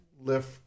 lift